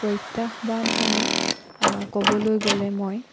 প্ৰত্যাহ্বানসমূহ ক'বলৈ গ'লে মই